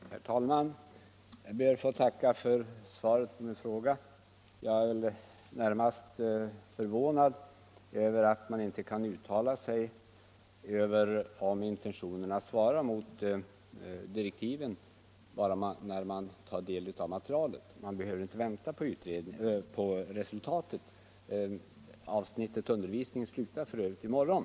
Herr talman! Jag ber att få tacka för svaret på min fråga. Jag är närmast förvånad över att statsrådet inte kan uttala sig över om intentionerna svarar mot direktiven för det här konsumentupplysningsprojektet genom Nr 42 att bara ta del av materialet. Man behöver inte vänta på resultatet. Av Torsdagen den snittet Undervisning slutar för övrigt i morgon.